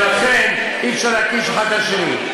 ולכן אי-אפשר להקיש מאחד לשני.